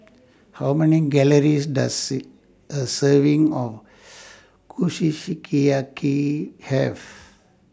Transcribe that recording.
How Many Calories Does IT A Serving of Have